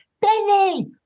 Benny